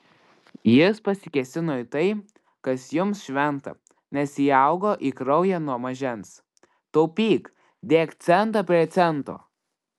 jis pasikėsino į tai kas jums šventa nes įaugo į kraują nuo mažens taupyk dėk centą prie cento